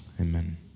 Amen